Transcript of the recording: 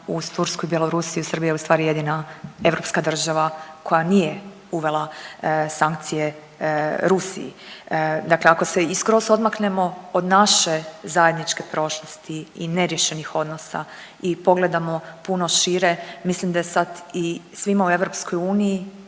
uz Tursku i Bjelorusiju Srbija je ustvari jedina europska država koja nije uvela sankcije Rusiji. Dakle, ako se i skroz odmaknemo od naše zajedničke prošlosti i neriješenih odnosa i pogledamo puno šire, mislim da je sad i svima u EU, ali i